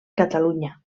catalunya